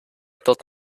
thought